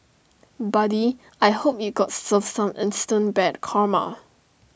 buddy I hope you got served some instant bad karma